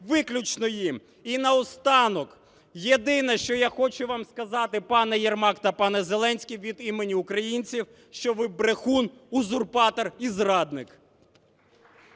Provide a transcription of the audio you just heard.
виключно їм. І наостанок. Єдине, що я хочу вам сказати, пане Єрмак та пане Зеленський, від імені українців, що ви – брехун, узурпатор і зрадник.